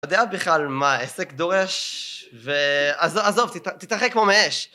אתה יודע בכלל מה העסק דורש? ו... עזוב, תתרחק כמו מאש!